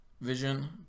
Vision